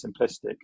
simplistic